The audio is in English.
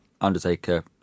Undertaker